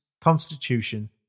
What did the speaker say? constitution